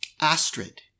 Astrid